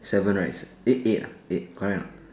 seven right eh eight ah eight correct ah